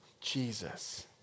Jesus